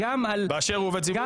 ונים שמסדירים מתן